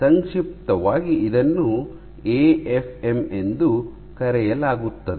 ಸಂಕ್ಷಿಪ್ತವಾಗಿ ಇದನ್ನು ಎಎಫ್ಎಂ ಎಂದು ಕರೆಯಲಾಗುತ್ತದೆ